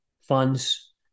funds